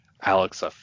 Alex